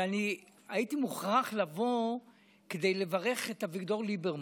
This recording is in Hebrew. אבל הייתי מוכרח לבוא כדי לברך את אביגדור ליברמן.